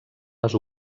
les